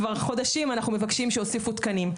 כבר חודשים אנחנו מבקשים שיוסיפו תקנים.